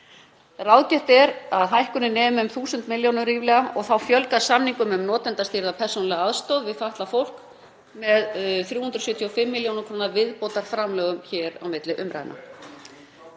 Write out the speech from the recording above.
Ráðgert er að hækkunin nemi um 1.000 milljónum ríflega og þá fjölgar samningum um notendastýrða persónulega aðstoð við fatlað fólk með 375 millj. kr. viðbótarframlögum hér á milli umræðna.